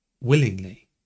willingly